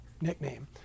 nickname